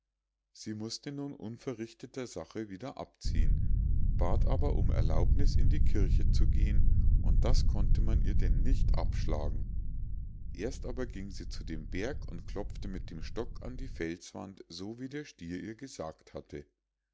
sie mußte nun unverrichteter sache wieder abziehen bat aber um erlaubniß in die kirche zu gehen und das konnte man ihr denn nicht abschlagen erst aber ging sie zu dem berg und klopfte mit dem stock an die felswand so wie der stier ihr gesagt hatte